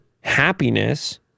happiness